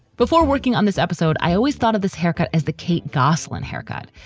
before working on this episode. i always thought of this haircut as the kate gosselin haircut.